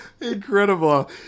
Incredible